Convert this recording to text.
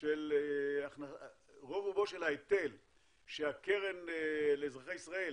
של ההיטל שהקרן לאזרחי ישראל